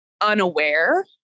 unaware